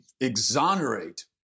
exonerate